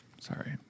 Sorry